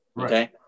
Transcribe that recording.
okay